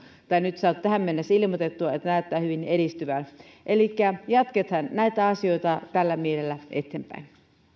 nyt saatu tähän mennessä ilmoitettua niin että näyttää hyvin edistyvän elikkä jatketaan näitä asioita tällä mielellä eteenpäin